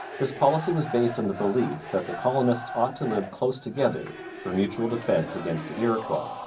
this policy was based on the belief that the colonists ought to live close together for mutual defence against the iroquois.